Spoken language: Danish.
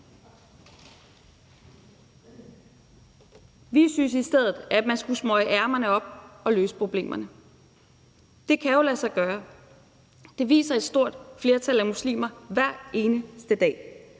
Vi synes i stedet, man skulle smøge ærmerne op og løse problemerne. Det kan jo lade sig gøre. Det viser et stort flertal af muslimer hver eneste dag.